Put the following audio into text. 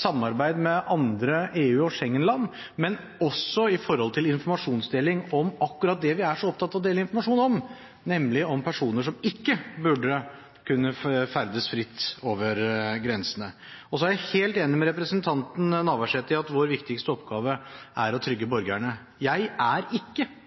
samarbeid med andre EU- og Schengen-land, men også med hensyn til informasjonsdeling om akkurat det vi er så opptatt av å dele informasjon om, nemlig personer som ikke burde kunne ferdes fritt over grensene. Så er jeg helt enig med representanten Navarsete i at vår viktigste oppgave er å trygge borgerne. Jeg er